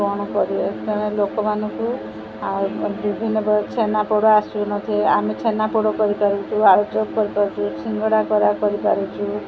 କଣ କରିବେ ତେଣୁ ଲୋକମାନଙ୍କୁ ଆଉ ବିଭିନ୍ନ ପ୍ରକାର ଛେନାପୋଡ଼ ଆସୁନଥିଲେ ଆମେ ଛେନାପୋଡ଼ କରିପାରୁଛୁ ଆଳୁଚପ କରିପାରୁଛୁ ସିଙ୍ଗଡ଼ା କରା କରିପାରୁଛୁ